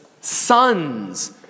sons